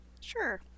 Sure